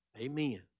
Amen